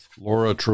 Laura